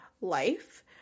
life